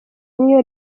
niyo